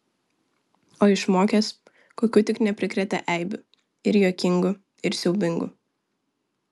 o išmokęs kokių tik neprikrėtė eibių ir juokingų ir siaubingų